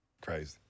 Crazy